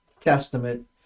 Testament